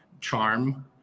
charm